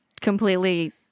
completely